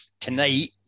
Tonight